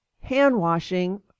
hand-washing